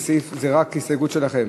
זו רק הסתייגות שלכם,